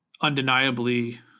undeniably